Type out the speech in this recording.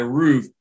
roof